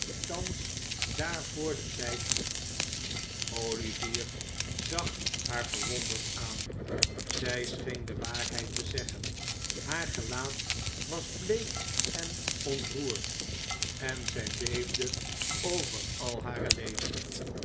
thans daarvoor de tijd niet olivier zag haar verwonderd aan zij scheen de waarheid te zeggen haar gelaat was bleek en ontroerd en zij beefde over al hare leden